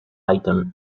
item